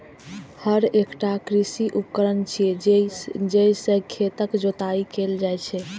हर एकटा कृषि उपकरण छियै, जइ से खेतक जोताइ कैल जाइ छै